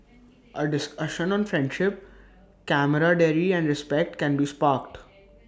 A discussion on friendship camaraderie and respected